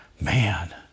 man